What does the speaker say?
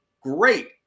great